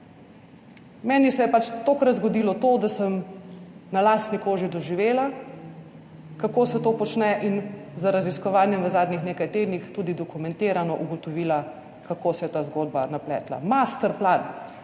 Meni se je pa tokrat zgodilo to, da sem na lastni koži doživela, kako se to počne, in z raziskovanjem v zadnjih nekaj tednih tudi dokumentirano ugotovila, kako se je ta zgodba napletla. Master plan,